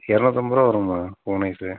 இரநூத்தம்பது ரூபா வரும்மா கோன் ஐஸூ